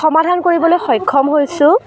সমাধান কৰিবলৈ সক্ষম হৈছোঁ